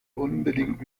unbedingt